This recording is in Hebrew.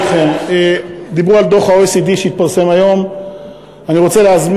ברשותכם, אני רוצה לסיים במשפט אחד.